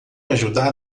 ajudar